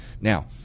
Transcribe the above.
Now